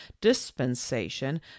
dispensation